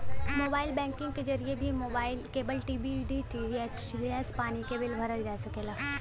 mobile banking के जरिए भी केबल टी.वी डी.टी.एच गैस पानी क बिल भरल जा सकला